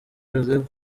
joseph